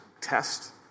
test